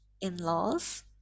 in-laws